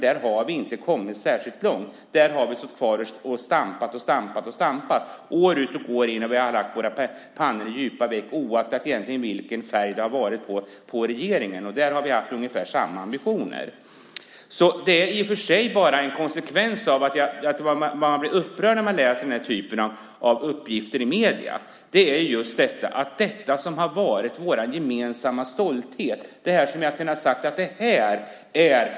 Där har vi inte kommit särskilt långt. Där har vi stått kvar och stampat år ut och år in, och vi har lagt våra pannor i djupa veck egentligen oaktat vilken färg som det har varit på regeringen. Där har vi haft ungefär samma ambitioner. Det är i och för sig bara en konsekvens. Man blir upprörd när man läser denna typ av uppgifter i medierna om just detta som har varit vår gemensamma stolthet, det som vi har kunnat säga står för vår nation.